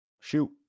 shoot